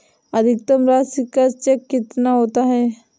अधिकतम राशि का चेक कितना होता है?